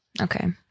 okay